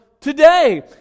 today